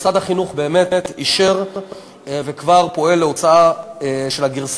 משרד החינוך באמת אישר וכבר פועל להוצאה של הגרסה